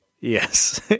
Yes